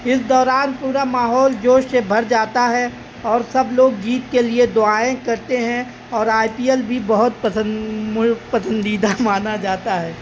اس دوران پورا ماحول جوش سے بھر جاتا ہے اور سب لوگ جیت کے لیے دعائیں کرتے ہیں اور آئی پی ایل بھی بہت پسند ملک پسندیدہ مانا جاتا ہے